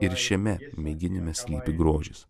ir šiame mėginime slypi grožis